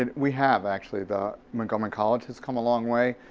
and we have, actually. the, montgomery college has come a long way,